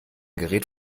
gerät